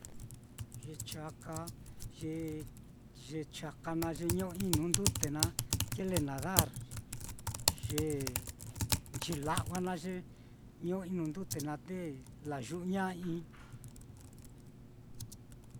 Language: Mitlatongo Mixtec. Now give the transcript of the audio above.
ye chaka ye-ye chaka naá ye ño'oi nuu ndute naá kile nadar ye chila'wa naá ye ño'oi nuu ndute naá te layu'uñai.